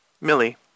Millie